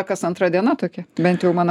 kas antra diena tokia bent jau mano